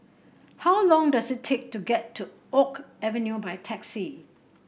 how long does it take to get to Oak Avenue by taxi